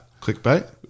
clickbait